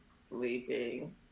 Sleeping